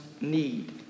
need